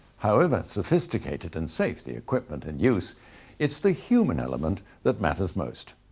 however sophisticated and safe the equipment in use it's the human element that matters most.